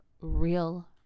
real